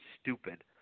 stupid